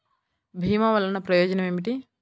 భీమ వల్లన ప్రయోజనం ఏమిటి?